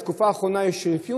בתקופה האחרונה יש רפיון.